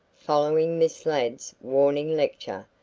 following miss ladd's warning lecture,